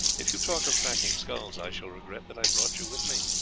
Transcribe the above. if you talk of cracking skulls i shall regret that i brought you with me.